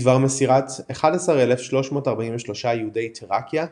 בדבר מסירת 11,343 יהודי תראקיה,